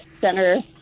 center